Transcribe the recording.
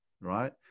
right